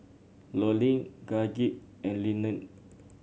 Lurline Gaige and Leeann